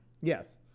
Yes